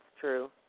true